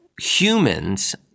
humans